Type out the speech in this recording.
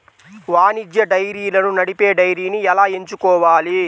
వాణిజ్య డైరీలను నడిపే డైరీని ఎలా ఎంచుకోవాలి?